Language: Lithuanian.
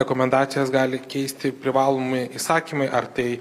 rekomendacijas gali keisti privalomi įsakymai ar tai